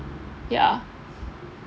ya